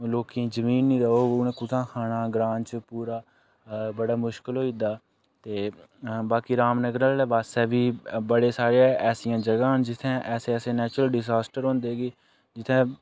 लोकें ई जमीन निं होग ते ओह् कु'त्थां खाना ग्रांऽ च पूरा अ बड़ा मुश्कल होई दा ते बाकी रामनगर आह्ले पासै बी बड़े सारे ऐसियां जगहां न जि'त्थें ऐसे ऐसे नेचुरल डिजास्टर होंदे न कि जि'त्थें